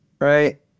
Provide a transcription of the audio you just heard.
Right